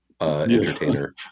entertainer